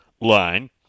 line